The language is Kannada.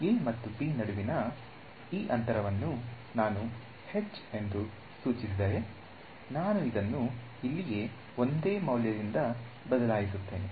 A ಮತ್ತು b ನಡುವಿನ ಈ ಅಂತರವನ್ನು ನಾನು h ಎಂದು ಸೂಚಿಸಿದರೆ ನಾನು ಇದನ್ನು ಇಲ್ಲಿಯೇ ಒಂದೇ ಮೌಲ್ಯದಿಂದ ಬದಲಾಯಿಸುತ್ತೇನೆ